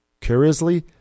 Curiously